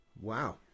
Wow